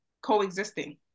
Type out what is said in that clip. coexisting